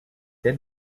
elle